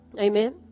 Amen